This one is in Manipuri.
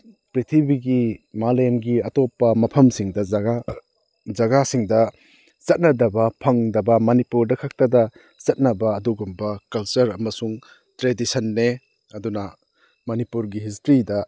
ꯄ꯭ꯔꯤꯊꯤꯕꯤꯒꯤ ꯃꯥꯂꯦꯝꯒꯤ ꯑꯇꯣꯞꯄ ꯃꯐꯝꯁꯤꯡꯗ ꯖꯒꯥ ꯖꯒꯥꯁꯤꯡꯗ ꯆꯠꯅꯗꯕ ꯐꯪꯗꯕ ꯃꯅꯤꯄꯨꯔꯗ ꯈꯛꯇꯗ ꯆꯠꯅꯕ ꯑꯗꯨꯒꯨꯝꯕ ꯀꯜꯆꯔ ꯑꯃꯁꯨꯡ ꯇ꯭ꯔꯦꯗꯤꯁꯟꯅꯦ ꯑꯗꯨꯅ ꯃꯅꯤꯄꯨꯔꯒꯤ ꯍꯤꯁꯇ꯭ꯔꯤꯗ